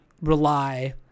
rely